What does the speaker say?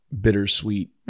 bittersweet